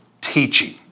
teaching